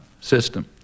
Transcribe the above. system